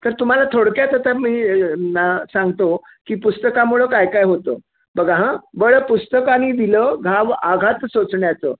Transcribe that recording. तर तुम्हाला थोडक्यात आता मी ना सांगतो की पुस्तकामुळं काय काय होतं बघा हां बळ पुस्तकानी दिलं घाव आघात सोसण्याचं